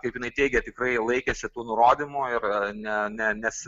kaip jinai teigė tikrai laikėsi tų nurodymų ir ne ne nes